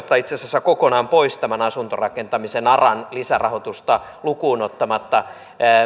tai itse asiassa kokonaan pois tämän asuntorakentamisen aran lisärahoitusta lukuun ottamatta